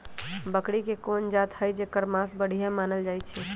बकरी के कोन जात हई जेकर मास बढ़िया मानल जाई छई?